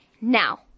now